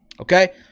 Okay